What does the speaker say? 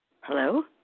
Hello